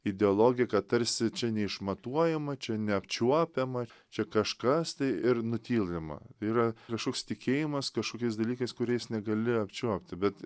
ideologija kad tarsi čia neišmatuojama čia neapčiuopiama čia kažkas tai ir nutylima yra kažkoks tikėjimas kažkokiais dalykais kuriais negali apčiuopti bet